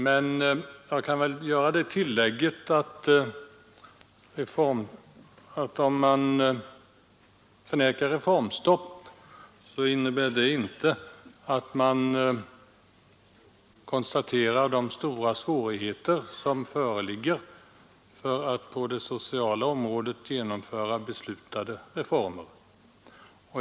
Men jag kan göra det tillägget att om man förnekar reformstopp så innebär det inte att man konstaterar de stora svårigheter som föreligger för att på det sociala området genomföra beslutade reformer.